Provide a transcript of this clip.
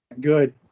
good